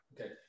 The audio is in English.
Okay